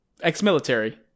Ex-military